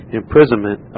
imprisonment